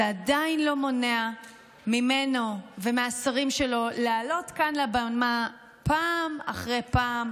זה עדיין לא מונע ממנו ומהשרים שלו לעלות כאן לבמה פעם אחרי פעם